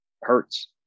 hurts